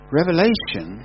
revelation